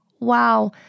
wow